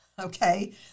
okay